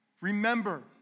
Remember